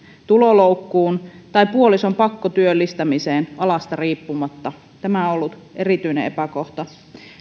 tuloloukkuun tai puolison pakkotyöllistämiseen alasta riippumatta tämä on ollut erityinen epäkohta